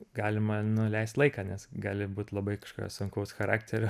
galima nu leist laiką nes gali būt labai kažkokio sunkaus charakterio